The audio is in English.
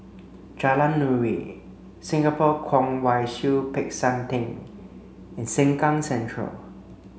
Jalan Nuri Singapore Kwong Wai Siew Peck San Theng and Sengkang Central